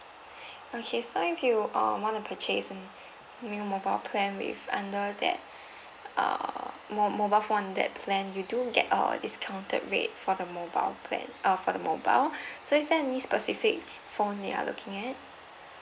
okay if you err want to purchase a new mobile plan with under that err mo~ mobile phone that plan you do get a discounted rate for the mobile plan uh for the mobile so is there any specific phone you are looking at